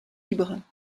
libre